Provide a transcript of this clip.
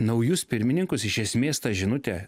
naujus pirmininkus iš esmės tą žinutę